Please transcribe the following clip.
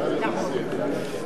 נכון.